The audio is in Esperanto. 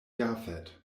jafet